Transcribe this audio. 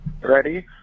Ready